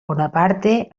bonaparte